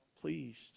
pleased